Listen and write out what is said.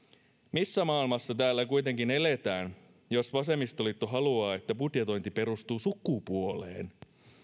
missä maailmassa täällä kuitenkin eletään jos vasemmistoliitto haluaa että budjetointi perustuu sukupuoleen